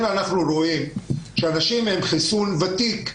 אנחנו רואים שאנשים עם חיסון ותיק,